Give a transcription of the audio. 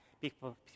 People